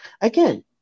Again